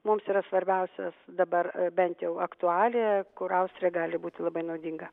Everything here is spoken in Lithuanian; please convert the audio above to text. mums yra svarbiausias dabar bent jau aktualija kur austrija gali būti labai naudinga